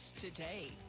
today